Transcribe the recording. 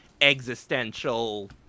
Existential